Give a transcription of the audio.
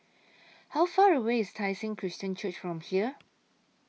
How Far away IS Tai Seng Christian Church from here